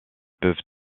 peuvent